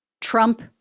Trump